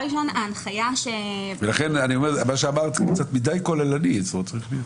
מה שאמרת הוא קצת כוללני מדי.